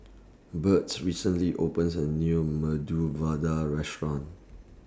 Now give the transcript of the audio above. Byrd recently opened A New Medu Vada Restaurant